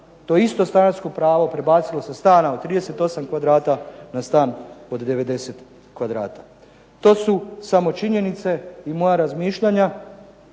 to isto stanarsko pravo prebacilo se sa stana od 38 kvadrata na stan od 90 kvadrata. To su samo činjenice i moja razmišljanja.